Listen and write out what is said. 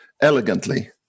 elegantly